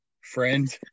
friend